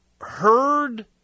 heard